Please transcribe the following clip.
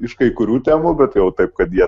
iš kai kurių temų bet jau taip kad jie